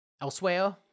elsewhere